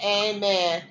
amen